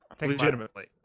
Legitimately